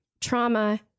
Trauma